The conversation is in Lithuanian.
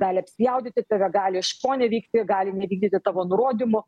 gali apspjaudyti tave gali iškoneveikti gali nevykdyti tavo nurodymų